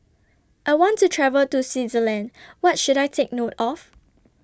I want to travel to Switzerland What should I Take note of